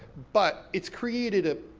but it's created a,